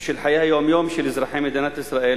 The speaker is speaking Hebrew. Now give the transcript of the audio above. של חיי היום-יום של אזרחי מדינת ישראל,